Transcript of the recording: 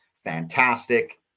fantastic